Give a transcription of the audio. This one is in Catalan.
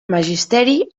magisteri